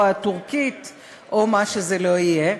הטורקית או מה שזה לא יהיה.